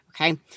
Okay